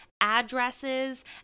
addresses